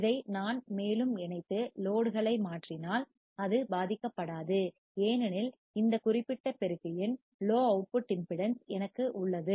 இதை நான் மேலும் இணைத்து லோட்களை மாற்றினால் அது பாதிக்கப்படாது ஏனெனில் இந்த குறிப்பிட்ட பெருக்கியின் லோ அவுட்புட் இம்பிடிடென்ஸ் எனக்கு உள்ளது